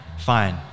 Fine